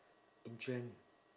in jan